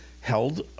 held